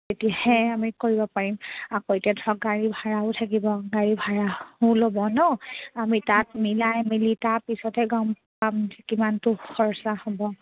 তেতিয়াহে আমি কৰিব পাৰিম আকৌ এতিয়া ধৰক গাড়ী ভাড়াও থাকিব গাড়ী ভাড়াও ল'ব নহ্ আমি তাত মিলাই মিলি তাৰপিছতহে গম পাম কিমানটো খৰচ হ'ব